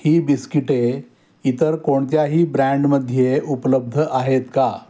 ही बिस्किटे इतर कोणत्याही ब्रँडमध्ये उपलब्ध आहेत का